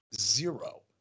Zero